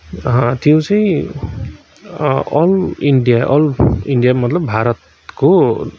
त्यो चाहिँ all India all India मतलब भारतको